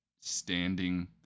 standing